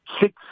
Six